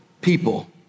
people